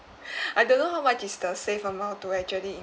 I don't know how much is the safe amount to actually in~